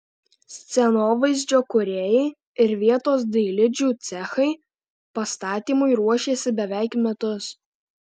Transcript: scenovaizdžio kūrėjai ir vietos dailidžių cechai pastatymui ruošėsi beveik metus